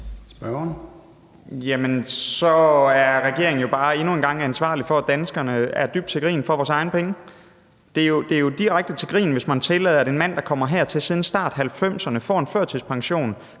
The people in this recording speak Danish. så er regeringen jo bare endnu en gang ansvarlig for, at danskerne er dybt til grin for vores egne penge. Det er jo direkte til grin, hvis man tillader, at en mand, der er kommet hertil, siden starten af 1990'erne får en førtidspension